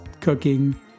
cooking